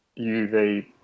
UV